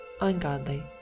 ungodly